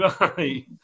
Right